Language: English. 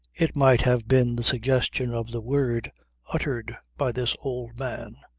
it might have been the suggestion of the word uttered by this old man,